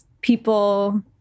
people